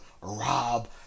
Rob